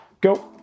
go